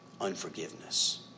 unforgiveness